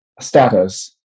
status